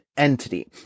entity